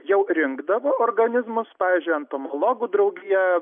jau rinkdavo organizmus pavyzdžiui entomologų draugija